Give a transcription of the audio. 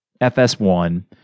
FS1